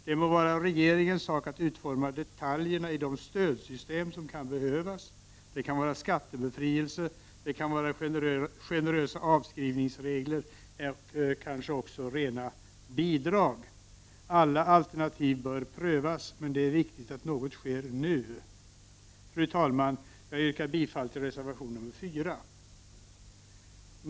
Det må vara regeringens sak att utforma detaljerna i de stödsystem som kan behövas. Det kan vara skattebefrielser, generösa avskrivningsregler och kanske även rena bidrag. Alla alternativ bör prövas, men det är viktigt att något sker nu. Fru talman! Jag yrkar bifall till reservation nr 4.